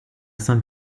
saint